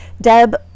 Deb